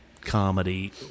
comedy